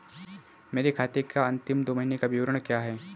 मेरे खाते का अंतिम दो महीने का विवरण क्या है?